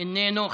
איננו.